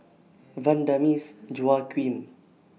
Vanda Miss Joaquim